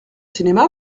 cinéma